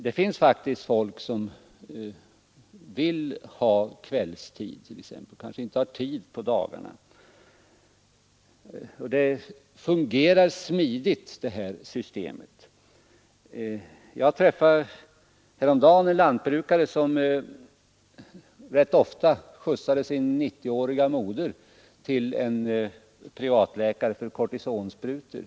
Det finns faktiskt folk som vill besöka läkare på kvällstid — folk som kanske inte har tid på dagarna. Det här systemet fungerar då smidigt. Jag träffade häromdagen en lantbrukare som rätt ofta skjutsade sin 90-åriga moder till en privatläkare för att hon skulle få cortisonsprutor.